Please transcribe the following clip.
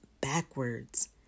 backwards